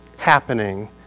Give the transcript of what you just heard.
Happening